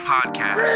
Podcast